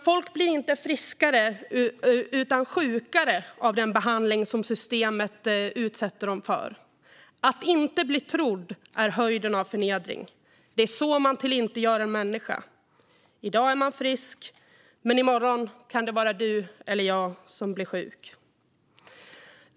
Folk blir inte friskare utan sjukare av den behandling som systemet utsätter dem för. Att inte bli trodd är höjden av förnedring. Det är så man tillintetgör en människa. I dag är vi friska, men i morgon kan det vara du eller jag som blir sjuk.